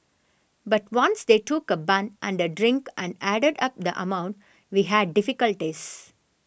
but once they took a bun and a drink and added up the amount we had difficulties